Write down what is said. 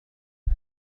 أنا